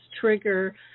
trigger